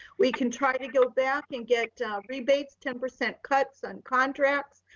we can try to go back and get rebates. ten percent cuts on contracts.